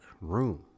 room